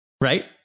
Right